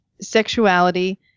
Sexuality